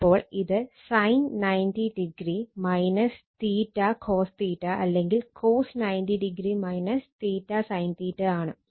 അപ്പോൾ ഇത് sin 90o 𝛉 cos 𝛉 അല്ലെങ്കിൽ cos 90 o 𝛉 sin 𝛉 ആണ്